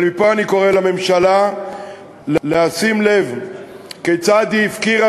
אבל מפה אני קורא לממשלה לשים לב כיצד היא הפקירה